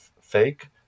fake